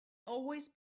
always